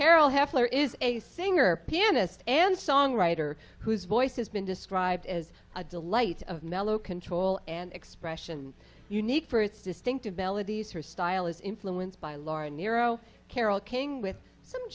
hafler is a singer pianist and songwriter whose voice has been described as a delight of mellow control and expression unique for its distinctive melodies her style is influenced by laura nero carole king with some